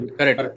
Correct